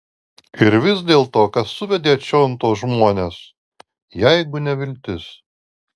ir vis dėlto kas suvedė čion tuos žmones jeigu ne viltis